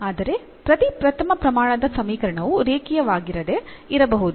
ಆದರೆ ಪ್ರತಿ ಪ್ರಥಮ ಪ್ರಮಾಣದ ಸಮೀಕರಣವು ರೇಖೀಯವಾಗಿರದೆ ಇರಬಹುದು